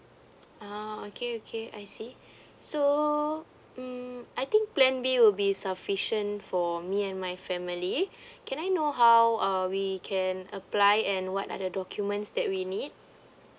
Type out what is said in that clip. ah okay okay I see so mm I think plan B will be sufficient for me and my family can I know how uh we can apply and what are the documents that we need